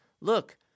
look